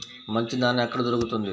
మంచి దాణా ఎక్కడ దొరుకుతుంది?